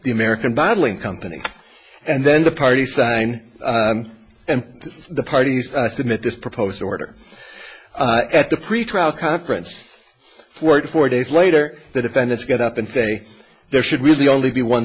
the american bottling company and then the party sign and the parties submit this proposed order at the pretrial conference for four days later the defendants get up and say there should really only be one